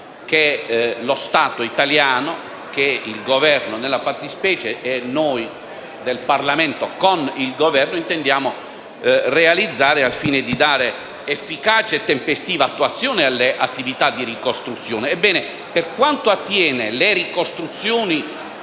che lo Stato italiano (nella fattispecie il Governo e noi del Parlamento con il Governo) intende realizzare al fine di dare efficace e tempestiva attuazione alle attività di ricostruzione. Ebbene, per quanto attiene alle ricostruzioni